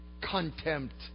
contempt